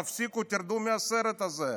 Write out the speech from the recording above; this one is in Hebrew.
תפסיקו, תרדו מהסרט הזה.